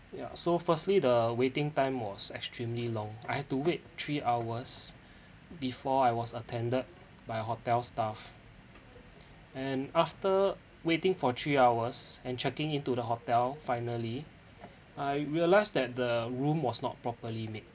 ya so firstly the waiting time was extremely long I have to wait three hours before I was attended by hotel staff and after waiting for three hours and checking into the hotel finally I realised that the room was not properly made